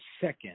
second